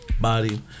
body